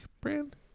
brand